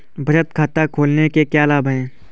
बचत खाता खोलने के क्या लाभ हैं?